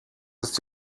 ist